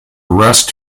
rest